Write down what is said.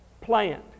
plant